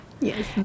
Yes